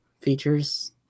features